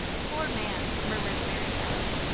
poor man! murmured mary alice,